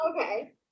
Okay